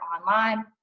online